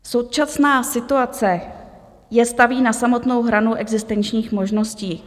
Současná situace je staví na samotnou hranu existenčních možností.